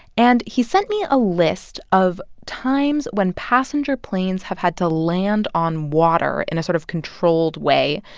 and he sent me a list of times when passenger planes have had to land on water in a sort of controlled way.